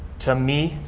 to me,